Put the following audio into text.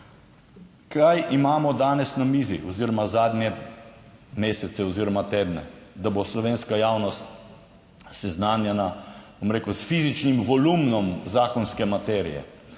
Kaj imamo danes na mizi oziroma zadnje mesece oziroma tedne, da bo slovenska javnost seznanjena, bom rekel, s fizičnim volumnom zakonske materije?